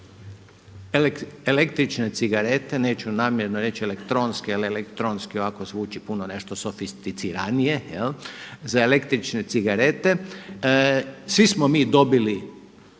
električne cigarete, neću namjerno reći elektronske jel elektronski zvuči ovako puno sofisticiranije, za električne cigarete, svi smo bi dobili